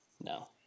No